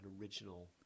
original